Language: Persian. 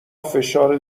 فشار